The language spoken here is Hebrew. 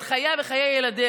את חייה ואת חיי ילדיה.